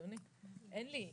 אין לי.